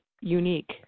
unique